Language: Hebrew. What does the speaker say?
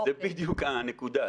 זו בדיוק הנקודה.